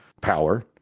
power